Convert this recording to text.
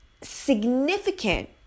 significant